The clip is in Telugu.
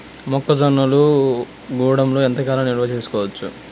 మొక్క జొన్నలు గూడంలో ఎంత కాలం నిల్వ చేసుకోవచ్చు?